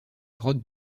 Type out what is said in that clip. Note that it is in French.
grottes